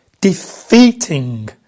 defeating